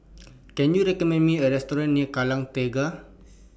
Can YOU recommend Me A Restaurant near Kallang Tengah